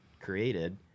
created